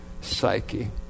psyche